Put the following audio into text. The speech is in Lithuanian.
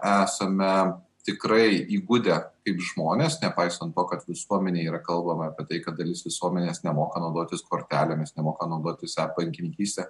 esame tikrai įgudę kaip žmonės nepaisant to kad visuomenėje yra kalbama apie tai kad dalis visuomenės nemoka naudotis kortelėmis nemoka naudotis e bankininkyste